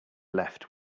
left